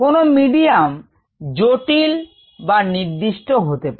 কোন মিডিয়াম জটিল বা নির্দিষ্ট হতে পারে